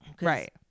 Right